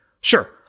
Sure